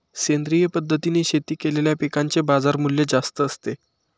सेंद्रिय पद्धतीने शेती केलेल्या पिकांचे बाजारमूल्य जास्त असते